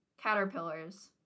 Caterpillars